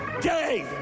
day